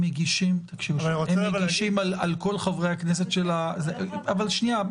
הם מגישים על כל חברי הכנסת של ה אבל שנייה,